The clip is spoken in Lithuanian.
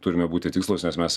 turime būti tikslūs nes mes